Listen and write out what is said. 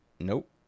Nope